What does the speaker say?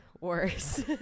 worse